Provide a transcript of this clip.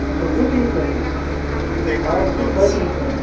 اَچھا کُس یوٗنُس احمد آ بہٕ چھُس ساجِد حُسین